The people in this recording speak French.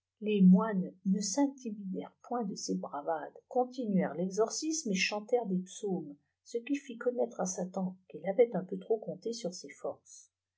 jles nftoines ne s bitimidèrent point de ces bravades continuèrent texorcisme et chantèrent des psaumes ce qui fit connaître à sa tante qu'elle avait un peu trop compté sur ses forces